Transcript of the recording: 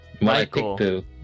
Michael